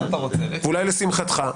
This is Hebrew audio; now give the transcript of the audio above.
אולי לשמחתך,